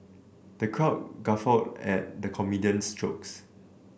the crowd guffawed at the comedian's jokes